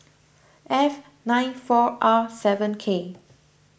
F nine four R seven K